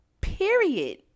Period